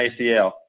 ACL